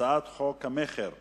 הצעת חוק המכר (דירות)